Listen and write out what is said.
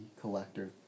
collector